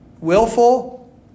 Willful